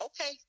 okay